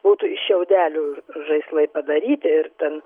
būtų iš šiaudelių žaislai padaryti ir ten